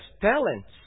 Talents